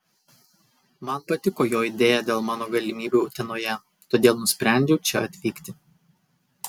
man patiko jo idėja dėl mano galimybių utenoje todėl nusprendžiau čia atvykti